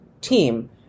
team